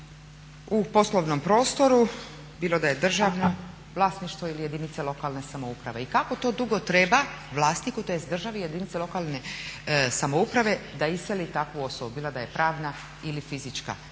u poslovnom prostoru bilo da je državno vlasništvo ili jedinice lokalne samouprave i kako to dugo treba vlasniku, tj. državi jedinice lokalne samouprave da iseli takvu osobu bilo da je pravna ili fizička.